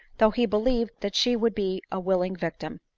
though he believed that she would be a willing victim.